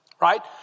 Right